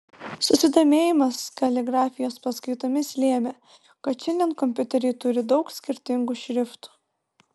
susidomėjimas kaligrafijos paskaitomis lėmė kad šiandien kompiuteriai turi daug skirtingų šriftų